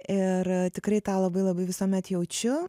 ir tikrai tą labai labai visuomet jaučiu